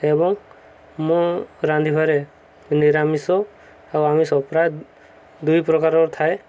ଏବଂ ମୁଁ ରାନ୍ଧିିବାରେ ନିରାମିଷ ଆଉ ଆମିଷ ପ୍ରାୟ ଦୁଇ ପ୍ରକାରର ଥାଏ